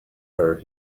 her